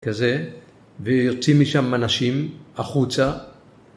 כזה, ויוצאים משם אנשים, החוצה